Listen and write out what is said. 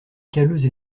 calleuses